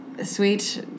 sweet